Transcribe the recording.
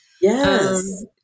Yes